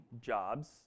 jobs